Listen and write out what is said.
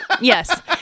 Yes